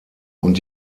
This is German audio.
und